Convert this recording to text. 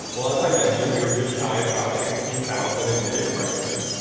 well as i mentioned, we are just shy of about sixteen thousand admitted freshmen.